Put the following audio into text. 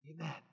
Amen